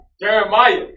Jeremiah